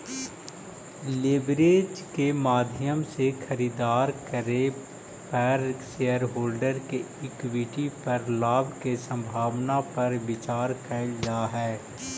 leverage के माध्यम से खरीदारी करे पर शेरहोल्डर्स के इक्विटी पर लाभ के संभावना पर विचार कईल जा हई